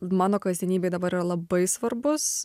mano kasdienybėj dabar yra labai svarbus